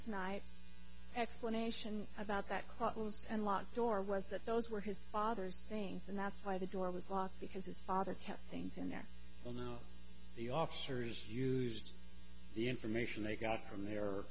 snipes explanation about that quote was unlocked or was that those were his father's things and that's why the door was locked because his father kept things in there well now the officers used the information they got from the